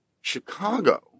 Chicago